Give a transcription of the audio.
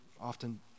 often